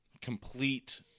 complete